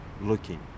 looking